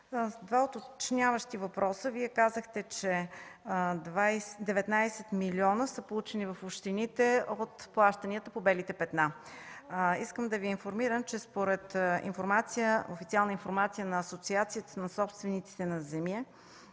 Два уточняващи въпроса. Вие казахте, че 19 милиона са получени в общините от плащанията по „белите петна”. Искам да Ви информирам, че според официална информация на Асоциацията на собствениците на